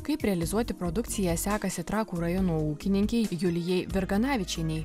kaip realizuoti produkciją sekasi trakų rajono ūkininkei julijai virganavičienei